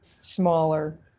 smaller